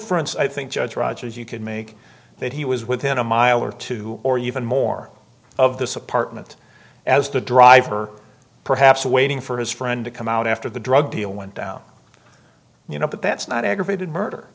inference i think judge rogers you could make that he was within a mile or two or even more of this apartment as the driver perhaps waiting for his friend to come out after the drug deal went down you know but that's not aggravated murder